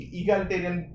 egalitarian